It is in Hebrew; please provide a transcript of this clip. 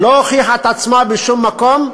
לא הוכיחה את עצמה בשום מקום.